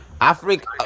Africa